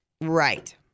Right